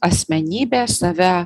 asmenybė save